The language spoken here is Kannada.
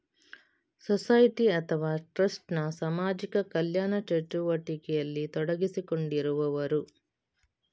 ಸೊಸೈಟಿ ಅಥವಾ ಟ್ರಸ್ಟ್ ನ ಸಾಮಾಜಿಕ ಕಲ್ಯಾಣ ಚಟುವಟಿಕೆಯಲ್ಲಿ ತೊಡಗಿಸಿಕೊಂಡಿರುವವರು